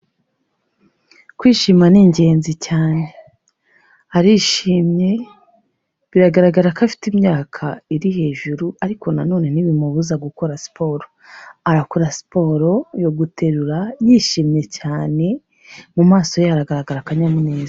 Kwishima ni ingenzi cyane, arishimye biragaragara ko afite imyaka iri hejuru ariko nanone ntibimubuza gukora siporo, arakora siporo yo guterura yishimye cyane, mu maso ye haragaragara akanyamuneza.